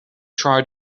try